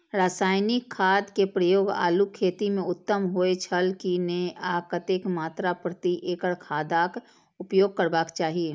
रासायनिक खाद के प्रयोग आलू खेती में उत्तम होय छल की नेय आ कतेक मात्रा प्रति एकड़ खादक उपयोग करबाक चाहि?